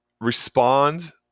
respond